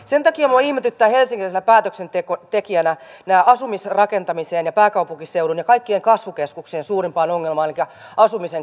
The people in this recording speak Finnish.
sen takia minua ihmetyttävät helsinkiläisenä päätöksentekijänä nämä asumiseen rakentamiseen ja pääkaupunkiseudun ja kaikkien kasvukeskuksien suurimpaan ongelmaan elikkä asumisen korkeaan hintaan liittyvät hankkeet